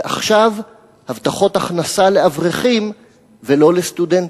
ועכשיו הבטחות הכנסה לאברכים ולא לסטודנטים.